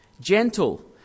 gentle